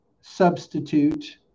substitute